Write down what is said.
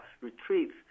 retreats